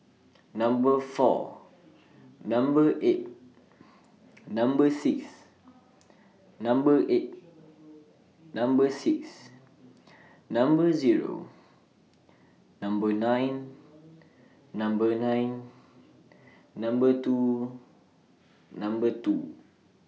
Number four Number eight Number six Number eight Number six Number Zero Number nine Number nine Number two Number two